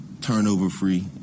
turnover-free